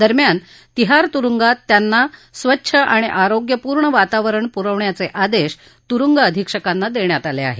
दरम्यान तिहार तुरुंगात त्यांना स्वच्छ आणि आरोग्यपूर्ण वातावरण पुरवण्याचे आदेश तुरुंग अधिक्षकांना देण्यात आले आहेत